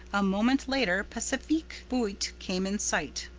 a moment later pacifique buote came in sight.